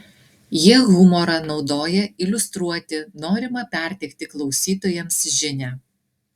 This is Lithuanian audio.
jie humorą naudoja iliustruoti norimą perteikti klausytojams žinią